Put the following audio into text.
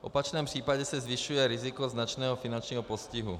V opačném případě se zvyšuje riziko značného finančního postihu.